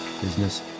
business